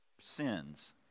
Sins